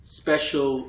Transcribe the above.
special